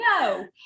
no